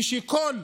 ושבכל